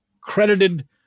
credited